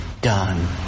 done